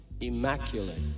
Immaculate